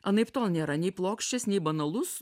anaiptol nėra nei plokščias nei banalus